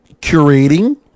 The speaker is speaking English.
curating